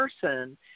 person